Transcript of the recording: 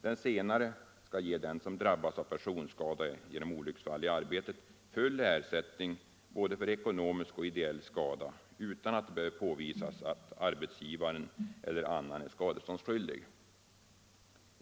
Den senare skall ge den som drabbas av personskada genom olycksfall i arbetet full ersättning för både ekonomisk och ideell skada utan att det behöver påvisas att arbetsgivaren eller annan är skadeståndsskyldig.